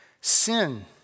sin